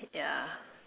yeah